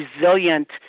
resilient